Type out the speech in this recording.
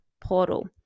portal